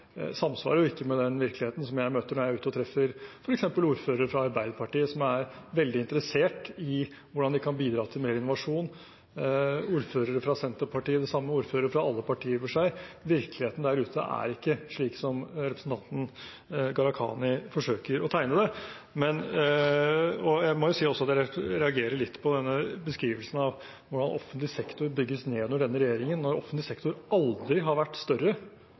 samsvarer ikke med den virkeligheten jeg møter når jeg er ute og treffer f.eks. ordførere fra Arbeiderpartiet, som er veldig interessert i hvordan de kan bidra til mer innovasjon, eller ordførere fra Senterpartiet – og i og for seg det samme med ordførere fra alle partier. Virkeligheten der ute er ikke slik som representanten Gharahkhani forsøker å tegne den. Jeg må si at jeg også reagerer litt på beskrivelsen av hvordan offentlig sektor bygges ned under denne regjeringen, når offentlig sektor aldri har vært større